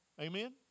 Amen